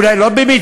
אולי לא במתכוון,